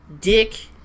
dick